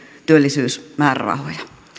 työllisyysmäärärahoja